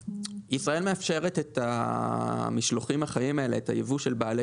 ישראל מאפשרת את המשלוחים החיים האלה את היבוא של בעלי